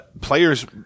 Players